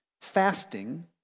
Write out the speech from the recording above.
fasting